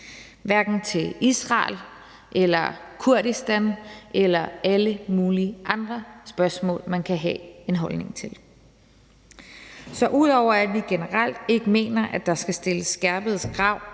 hverken til Israel eller Kurdistan eller alle mulige andre spørgsmål, man kan have en holdning til. Så udover at vi generelt ikke mener, at der skal stilles skærpede krav